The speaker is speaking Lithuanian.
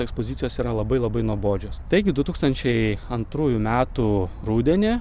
ekspozicijos yra labai labai nuobodžios taigi du tūkstančiai antrųjų metų rudenį